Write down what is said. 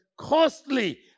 Costly